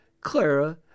Clara